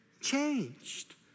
changed